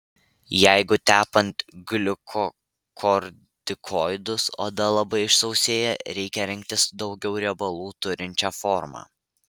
jeigu tepant gliukokortikoidus oda labai išsausėja reikia rinktis daugiau riebalų turinčią formą